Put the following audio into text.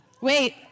Wait